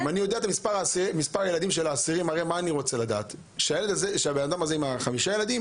אני רוצה לדעת שאדם עם 5 ילדים